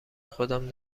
خودم